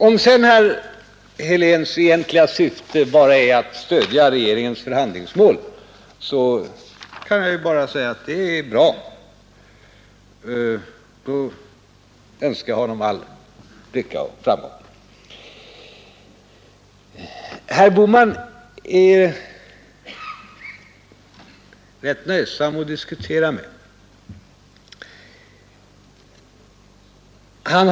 Om sedan herr Heléns 42 mellan Sverige egentliga syfte är att stödja regeringens förhandlingsmål kan jag bara säga — Och EEC att det är bra. Då önskar jag honom all lycka och framgång. Det är rätt nöjsamt att diskutera med herr Bohman.